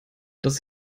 dass